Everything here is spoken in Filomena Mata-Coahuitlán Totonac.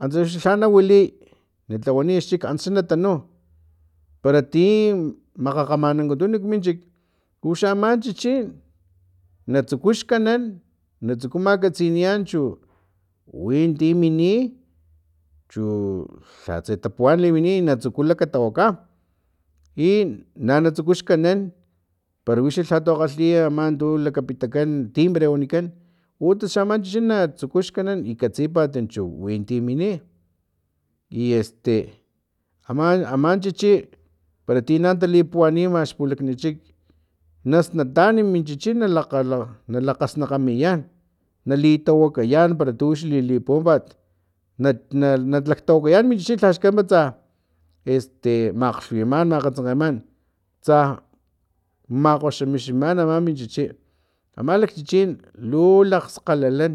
Antsa wix lha na wiliy na tlawaniy xchik antsa xa na tanu para ti makamanankutun kminchik uxa aman chichi natsuku xkanan natsuku makatsinian chu winti mini chu lhatse tapuwan limin na tsuku lakatawaka i na natsukuxkanan para wix lhatu kgalhiy aman tu lakapitakan timbre wanikan utsa xa aman chihi na tsuku xkanan i katsipat chu winti mini i etse ama aman chichi para tina talipuatnima xpulaknichik nasnatan min chichi na laka na lakgasnakgamiyan na li tawakayan para wix lilipuwampat na na laktawakayan min chichi lhaxkats para este makglhuwiman makgatsankaman tsa makgoximiximan ama min chichi aman lakchichin lu lakgskgalalan